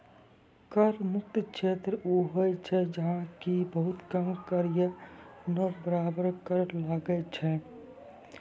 कर मुक्त क्षेत्र उ होय छै जैठां कि बहुत कम कर या नै बराबर कर लागै छै